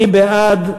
מי בעד?